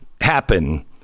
happen